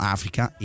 Afrika